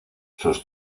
sus